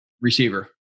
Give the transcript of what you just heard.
receiver